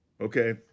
Okay